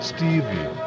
Stevie